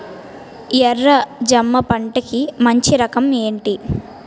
ఎర్ర జమ పంట కి మంచి రకం ఏంటి?